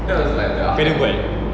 kau ada buat